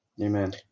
Amen